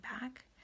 back